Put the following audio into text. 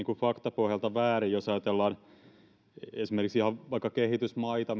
faktapohjalta väärin jos ajatellaan esimerkiksi vaikka kehitysmaita